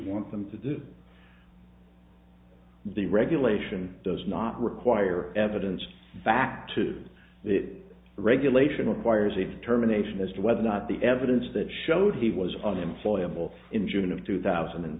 want them to do the regulation does not require evidence back to that regulation requires a determination as to whether or not the evidence that showed he was on employable in june of two thousand and